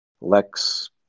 Lex